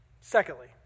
Secondly